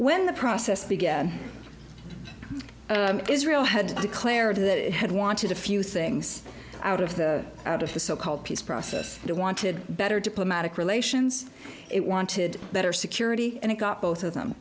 when the process began israel had declared that it had wanted a few things out of the out of the so called peace process they wanted better diplomatic relations it wanted better security and it got both of them